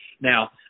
Now